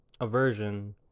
aversion